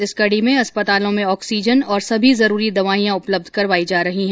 इस कडी में अस्पतालों में ऑक्सीजन और सभी जरूरी दवाईयां उपलब्ध करवाई जा रही है